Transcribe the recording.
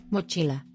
Mochila